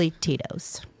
Tito's